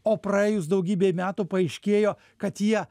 o praėjus daugybei metų paaiškėjo kad jie